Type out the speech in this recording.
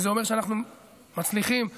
וזה אומר שאנחנו מצליחים כרגע,